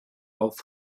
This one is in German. auf